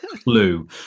clue